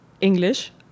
English